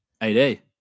AD